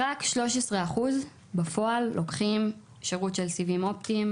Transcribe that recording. רק 13% בפועל לוקחים שירות של סיבים אופטימיים